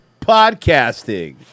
Podcasting